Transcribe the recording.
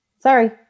Sorry